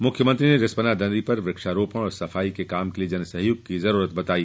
मुख्यमंत्री ने रिस्पना नदी पर वृक्षारोपण एवं सफाई के काम के लिए जन सहयोग की जरूरत बताई